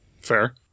fair